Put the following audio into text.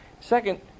Second